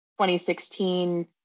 2016